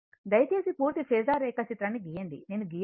దయచేసి పూర్తి ఫేసర్ రేఖాచిత్రాన్ని గీయండి నేను గీయ లేదు